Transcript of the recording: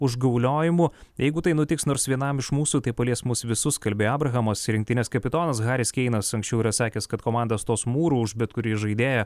užgauliojimų jeigu tai nutiks nors vienam iš mūsų tai palies mus visus kalbėjo abrahamas rinktinės kapitonas haris keinas anksčiau yra sakęs kad komanda stos mūru už bet kurį žaidėją